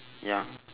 ya